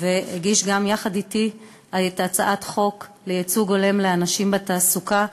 והגיש יחד אתי גם את הצעת החוק לייצוג הולם לאנשים בתעסוקה,